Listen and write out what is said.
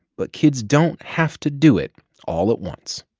but kids don't have to do it all at once.